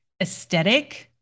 aesthetic